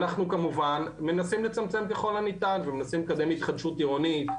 אנחנו כמובן מנסים לצמצם ככל הניתן ומנסים לקדם התחדשות עירונית,